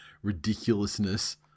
ridiculousness